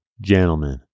gentlemen